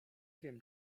wiem